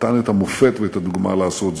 נתן את המופת והדוגמה לעשות זאת.